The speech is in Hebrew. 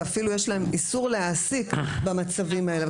ואפילו יש להם איסור להעסיק במצבים האלה,